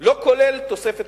לא כולל תוספת